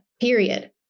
Period